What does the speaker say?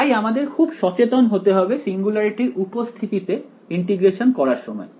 তাই আমাদের খুব সচেতন হতে হবে সিঙ্গুলারিটির উপস্থিতিতে ইন্টিগ্রেশন করার সময়